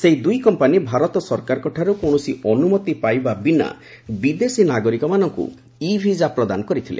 ସେହି ଦୁଇ କମ୍ପାନୀ ଭାରତ ସରକାରଙ୍କଠାରୁ କୌଣସି ଅନୁମତି ପାଇବା ବିନା ବିଦେଶୀ ନାଗରିକମାନଙ୍କୁ ଇ ଭିଜା ପ୍ରଦାନ କରିଥିଲେ